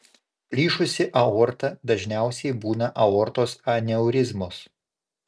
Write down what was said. plyšusi aorta dažniausiai būna aortos aneurizmos